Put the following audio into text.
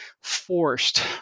forced